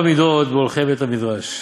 ארבע מידות בהולכי בית-המדרש: